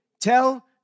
tell